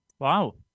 Wow